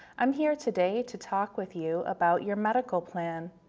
i'm here today to talk with you about your medical plan.